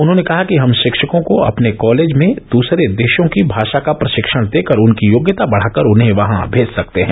उन्होंने कहा कि हम शिक्षकों को अपने कॉलेजों में दूसरे देशों की भाषा का प्रशिक्षण देकर उनकी योग्यता बढ़ाकर उन्हें वहां भेज सकते हैं